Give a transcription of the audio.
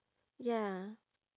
ya